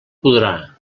podrà